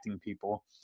people